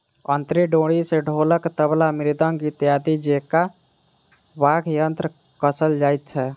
अंतरी डोरी सॅ ढोलक, तबला, मृदंग इत्यादि जेंका वाद्य यंत्र कसल जाइत छै